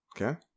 Okay